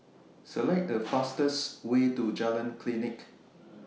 Select The fastest Way to Jalan Klinik